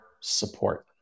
support